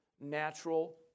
natural